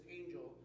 angel